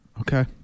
Okay